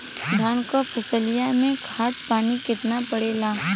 धान क फसलिया मे खाद पानी कितना पड़े ला?